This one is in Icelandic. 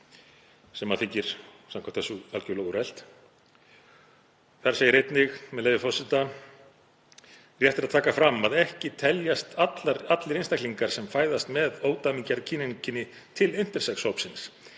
sem þykir samkvæmt þessu algjörlega úrelt. Þar segir einnig, með leyfi forseta: „Rétt er að taka fram að ekki teljast allir einstaklingar sem fæðast með ódæmigerð kyneinkenni til intersex hópsins